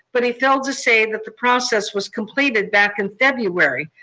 but he failed to say that the process was completed back in february.